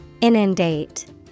Inundate